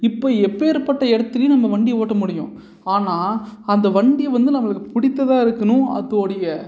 இப்போ எப்பேர்ப்பட்ட இடத்துலையும் நம்ம வண்டியை ஓட்ட முடியும் ஆனால் அந்த வண்டியை வந்து நம்மளுக்கு பிடித்ததா இருக்கணும் அதோடைய